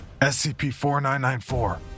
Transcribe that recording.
SCP-4994